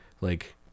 like-